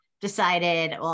decided